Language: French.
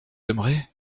aimerez